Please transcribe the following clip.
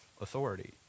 authority